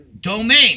domain